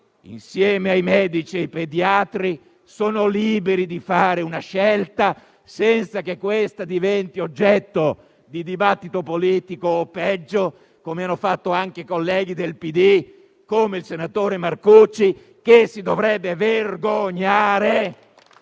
insieme ai medici e ai pediatri, sono liberi di scegliere senza diventare oggetto di dibattito politico o peggio. E mi riferisco anche ai colleghi del PD, come il senatore Marcucci, che si dovrebbe vergognare...